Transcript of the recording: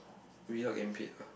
we not getting paid ah